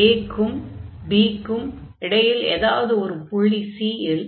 a க்கும் b க்கும் இடையில் எதாவது ஒரு புள்ளி c இல்